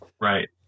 Right